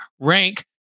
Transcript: rank